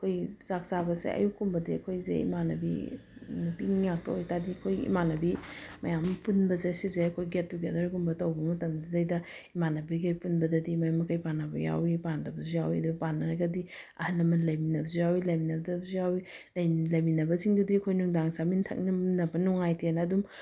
ꯑꯩꯈꯣꯏꯒꯤ ꯆꯥꯛ ꯆꯥꯕꯁꯦ ꯑꯌꯛ ꯀꯨꯝꯕꯗꯤ ꯑꯩꯈꯣꯏꯁꯦ ꯏꯃꯥꯟꯅꯕꯤ ꯅꯨꯄꯤ ꯉꯥꯛꯇ ꯑꯣꯏꯇꯥꯔꯗꯤ ꯑꯩꯈꯣꯏ ꯏꯃꯥꯟꯅꯕꯤ ꯃꯌꯥꯝ ꯄꯨꯟꯕꯁꯦ ꯁꯤꯁꯦ ꯑꯩꯈꯣꯏ ꯒꯦꯠ ꯇꯨꯒꯦꯗꯔꯒꯨꯝꯕ ꯇꯧꯕ ꯃꯇꯝ ꯁꯤꯗꯩꯗ ꯏꯃꯥꯟꯅꯕꯤꯈꯩ ꯄꯨꯟꯕꯗꯗꯤ ꯃꯌꯨꯝ ꯃꯀꯩ ꯄꯥꯟꯅꯕ ꯌꯥꯎꯏ ꯄꯥꯟꯗꯕꯁꯨ ꯌꯥꯎꯏ ꯑꯗꯨ ꯄꯥꯟꯅꯔꯒꯗꯤ ꯑꯍꯜ ꯂꯃꯟ ꯂꯩꯃꯤꯟꯅꯕꯁꯨ ꯌꯥꯎꯏ ꯂꯩꯃꯤꯟꯅꯗꯕꯁꯨ ꯌꯥꯎꯏ ꯂꯩꯃꯤꯟꯅꯕꯁꯤꯡꯗꯨꯗꯤ ꯑꯩꯈꯣꯏ ꯅꯨꯡꯗꯥꯡ ꯆꯥꯃꯤꯟ ꯊꯛꯃꯤꯟꯅꯕ ꯅꯨꯡꯉꯥꯏꯇꯦꯅ ꯑꯗꯨꯝ